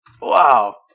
Wow